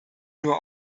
nur